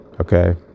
okay